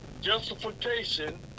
Justification